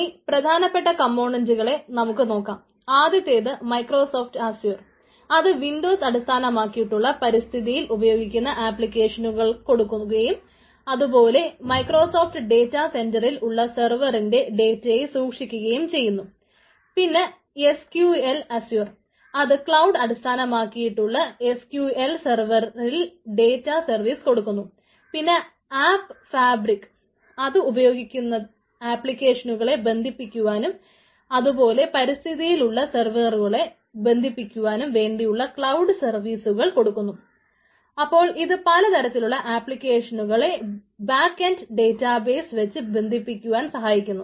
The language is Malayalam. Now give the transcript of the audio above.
ഇനി പ്രധാനപ്പെട്ട കംപൊണന്റ്റുകളെ വച്ച് ബന്ധിപ്പിക്കുവാൻ സഹായിക്കുന്നു